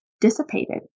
dissipated